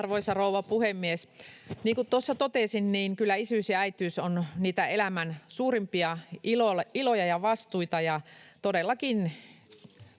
Arvoisa rouva puhemies! Niin kuin tuossa totesin, niin kyllä isyys ja äitiys ovat niitä elämän suurimpia iloja ja vastuita, ja todellakin